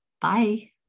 bye